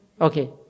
Okay